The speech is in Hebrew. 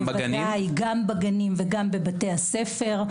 גם בגנים וגם בבתי הספר.